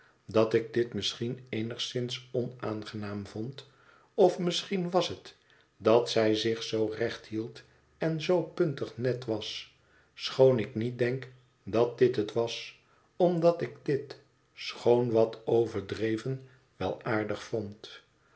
dat ik dit misschien eenigszins onaangenaam vond of misschien was het dat zij zich zoo recht hield en zoo puntig net was schoon ik niet denk dat dit het was omdat ik dit schoon wat overdreven wel aardig vond